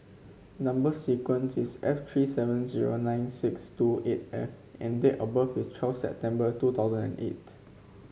number sequence is S three seven zero nine six two eight F and date of birth is twelve September two thousand and eight